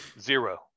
Zero